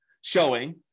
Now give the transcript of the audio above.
showing